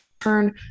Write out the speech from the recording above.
turn